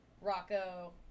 Rocco